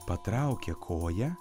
patraukė koją